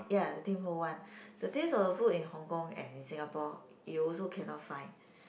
ya the Tim-Ho-Wan the taste of the food in Hong-Kong and in Singapore you also cannot find